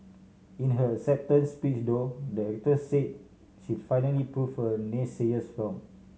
in her acceptance speech though the actor said she finally proved her naysayers wrong